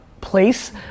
place